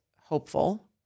hopeful